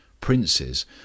princes